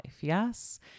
yes